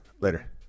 later